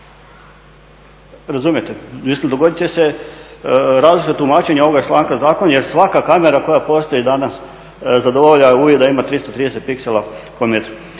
Razumijete, mislim dogoditi će se različita tumačenja ovoga članka zakona jer svaka kamera koja postoji danas zadovoljava uvjet da ima 330 piksela po metru.